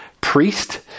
priest